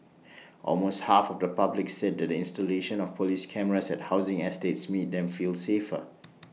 almost half of the public said the installation of Police cameras at housing estates made them feel safer